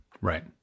Right